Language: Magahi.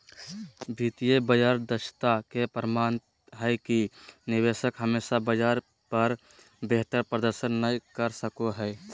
वित्तीय बाजार दक्षता के प्रमाण हय कि निवेशक हमेशा बाजार पर बेहतर प्रदर्शन नय कर सको हय